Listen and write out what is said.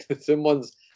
Someone's